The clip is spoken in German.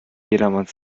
jedermanns